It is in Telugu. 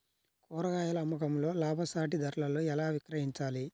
కూరగాయాల అమ్మకంలో లాభసాటి ధరలలో ఎలా విక్రయించాలి?